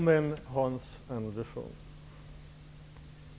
Fru talman!